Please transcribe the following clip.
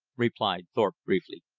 replied thorpe briefly.